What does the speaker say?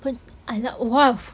!alah! !wow!